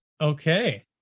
Okay